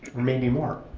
maybe more.